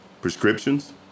prescriptions